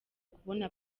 kubona